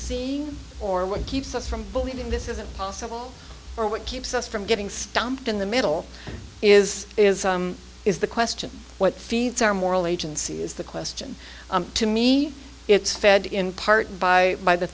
c or what keeps us from believing this isn't possible or what keeps us from getting stomped in the middle is is is the question what feeds our moral agency is the question to me it's fed in part by by the